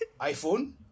iPhone